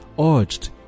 urged